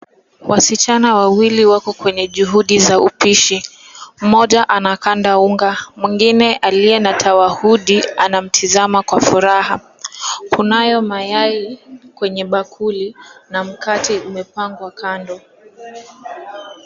Wasichana wawili wako kwenye juhudi za upishi mmoja anakanda unga, mwingine aliye na tawahudi anamtazama kwa furaha. Kunayo mayai kwenye bakuli na mkate umepangwa kando.